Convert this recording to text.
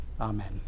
Amen